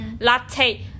latte